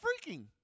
freaking